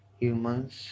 Humans